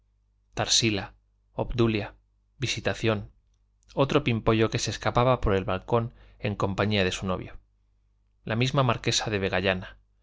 tarsila obdulia visitación otro pimpollo que se escapaba por el balcón en compañía de su novio la misma marquesa de